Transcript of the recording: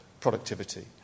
productivity